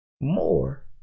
more